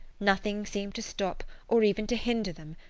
nothing seemed to stop or even to hinder them.